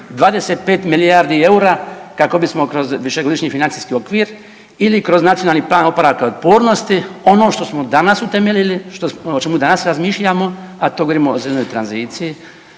25 milijardi eura kako bismo kroz višegodišnji financijski okvir ili kroz nacionalni plan oporavka otpornosti ono što smo danas utemeljili o čemu danas razmišljamo a to govorimo o zelenoj tranziciji,